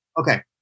Okay